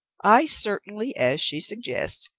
i certainly, as she suggests,